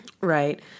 Right